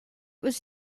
was